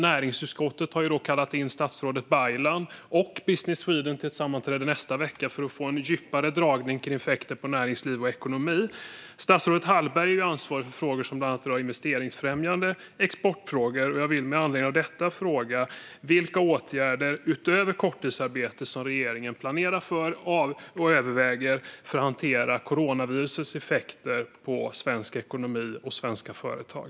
Näringsutskottet har dessutom kallat in statsrådet Baylan och Business Sweden till ett sammanträde nästa vecka för att få en djupare föredragning om effekter på näringsliv och ekonomi. Statsrådet är ju ansvarig för frågor som bland annat rör investeringsfrämjande åtgärder och export. Jag vill med anledning av detta fråga: Vilka åtgärder utöver korttidsarbete planerar regeringen för och vad överväger man för att hantera coronavirusets effekter på svensk ekonomi och svenska företag?